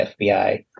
FBI